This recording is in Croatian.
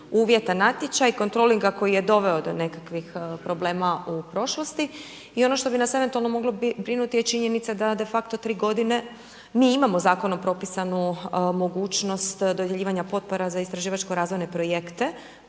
uvjet na natječaj kontrolinga koji je doveo do nekakvih problema u prošlosti i ono što bi nas eventualno moglo brinuti je činjenica da de facto 3 godine mi imamo zakonom propisanu mogućnost dodjeljivanja potpora za istraživačko razvojne projekte